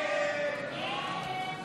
ההסתייגויות